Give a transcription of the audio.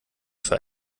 für